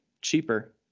cheaper